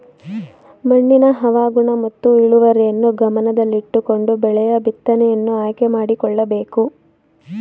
ಮಣ್ಣಿನ ಹವಾಗುಣ ಮತ್ತು ಇಳುವರಿಯನ್ನು ಗಮನದಲ್ಲಿಟ್ಟುಕೊಂಡು ಬೆಳೆಯ ಬಿತ್ತನೆಯನ್ನು ಆಯ್ಕೆ ಮಾಡಿಕೊಳ್ಳಬೇಕು